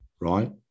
right